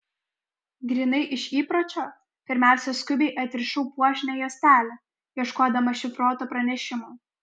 grynai iš įpročio pirmiausia skubiai atrišau puošnią juostelę ieškodama šifruoto pranešimo